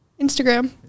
Instagram